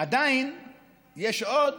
יש עוד